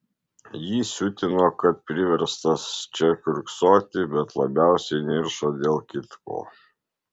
jį siutino kad priverstas čia kiurksoti bet labiausiai niršo dėl kitko